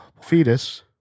fetus